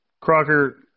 Crocker